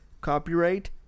Copyright